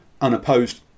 unopposed